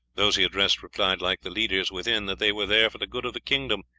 those he addressed replied like the leaders within, that they were there for the good of the kingdom,